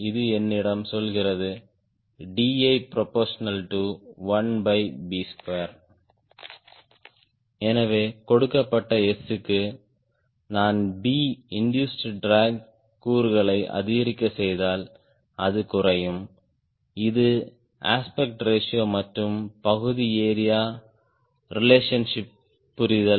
இது என்னிடம் சொல்கிறது Di1b2 எனவே கொடுக்கப்பட்ட S க்கு நான் b இண்டூஸ்ட் ட்ராக் கூறுகளை அதிகரிக்கச் செய்தால் அது குறையும் இது அஸ்பெக்ட் ரேஷியோ மற்றும் பகுதி ஏரியா ரேலஷன்ஷிப் புரிதல்